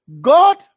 God